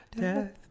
Death